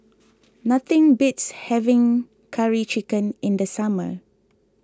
nothing beats having Curry Chicken in the summer